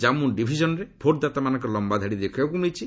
ଜମ୍ମୁ ଡିଭିଜନ୍ରେ ଭୋଟଦାତାମାନଙ୍କର ଲମ୍ବାଧାଡ଼ି ଦେଖିବାକୁ ମିଳିଛି